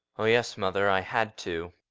oh, yes, mother i had to.